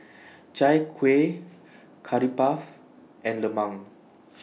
Chai Kuih Curry Puff and Lemang